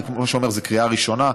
אני אומר שזו קריאה ראשונה,